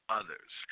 others